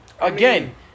again